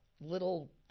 little